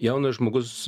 jaunas žmogus